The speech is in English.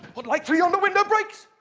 what light through yonder window breaks?